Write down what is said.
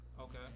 Okay